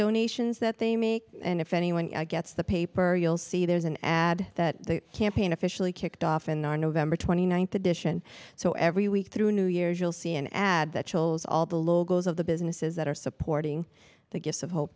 flatow nations that they make and if anyone gets the paper you'll see there's an ad that the campaign officially kicked off in our nov twenty ninth edition so every week through new years you'll see an ad that shows all the logos of the businesses that are supporting the gifts of ho